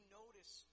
notice